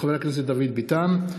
מאת חברי הכנסת איתן כבל,